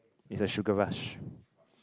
it's a sugar rush